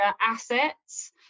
assets